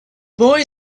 boy